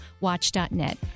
watch.net